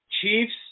Chiefs